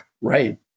Right